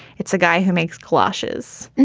it's a guy who makes clashes.